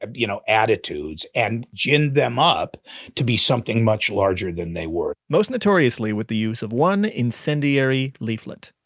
ah you know, attitudes and ginned them up to be something much larger than they were most notoriously with the use of one incendiary leaflet